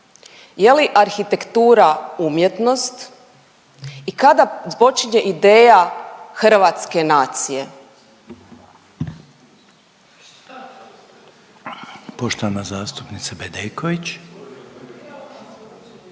Je li arhitektura umjetnost? I kada počinje ideja hrvatske nacije? **Reiner, Željko